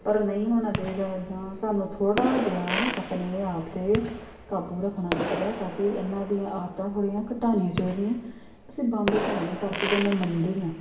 ਪਰ ਨਹੀਂ ਹੋਣਾ ਚਾਹੀਦਾ ਇਦਾਂ ਸਾਨੂੰ ਥੋੜ੍ਹਾ ਜਿਹਾ ਆਪਣੇ ਆਪ 'ਤੇ ਕਾਬੂ ਰੱਖਣਾ ਚਾਹੀਦਾ ਤਾਂ ਕਿ ਇਹਨਾਂ ਦੀਆਂ ਆਦਤਾਂ ਥੋੜ੍ਹੀਆਂ ਘਟਾਨੀਆਂ ਚਾਹੀਦੀਆਂ ਅਸੀਂ ਬੰਦ ਤਾਂ ਨਹੀਂ ਕਰ ਸਕਦੇ ਮੈਂ ਮੰਨਦੀ ਹਾਂ